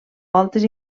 voltes